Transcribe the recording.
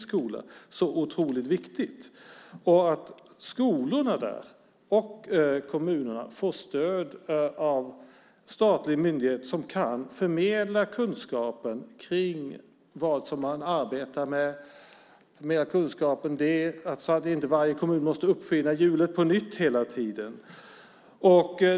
Skolorna och kommunerna måste där få stöd av en statlig myndighet som kan förmedla kunskapen om vad man arbetar med så att inte varje kommun måste uppfinna hjulet på nytt hela tiden.